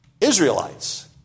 Israelites